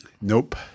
nope